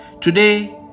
Today